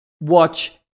watch